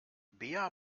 bea